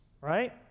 right